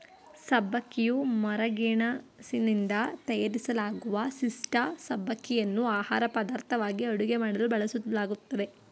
ಸಬ್ಬಕ್ಕಿಯು ಮರಗೆಣಸಿನಿಂದ ತಯಾರಿಸಲಾಗುವ ಪಿಷ್ಠ ಸಬ್ಬಕ್ಕಿಯನ್ನು ಆಹಾರಪದಾರ್ಥವಾಗಿ ಅಡುಗೆ ಮಾಡಲು ಬಳಸಲಾಗ್ತದೆ